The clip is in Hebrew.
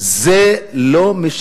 מה קרה לכם?